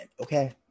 Okay